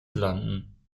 landen